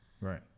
Right